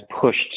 pushed